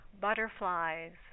butterflies